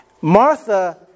Martha